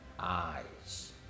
Eyes